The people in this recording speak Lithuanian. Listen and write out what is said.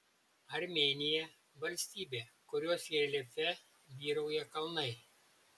armėnija valstybė kurios reljefe vyrauja kalnai